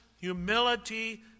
humility